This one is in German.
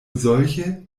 solche